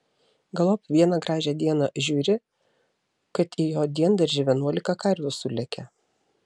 galop vieną gražią dieną žiūri kad į jo diendaržį vienuolika karvių sulėkė